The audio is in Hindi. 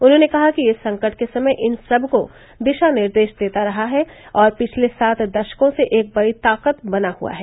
उन्होंने कहा कि यह संकट के समय इन सबको दिशा निर्देश देता रहा है और पिछले सात दशकों से एक बड़ी ताकत बना हुआ है